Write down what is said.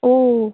oh